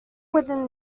within